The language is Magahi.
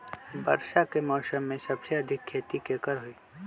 वर्षा के मौसम में सबसे अधिक खेती केकर होई?